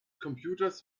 computers